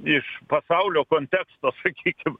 iš pasaulio konteksto sakykim